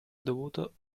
dovuto